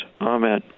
Amen